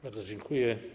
Bardzo dziękuję.